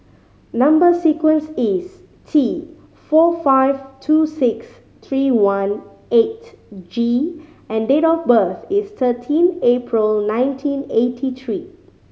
number sequence is T four five two six three one eight G and date of birth is thirteen April nineteen eighty three